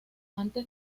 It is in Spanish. antes